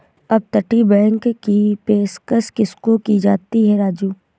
अपतटीय बैंक की पेशकश किसको की जाती है राजू?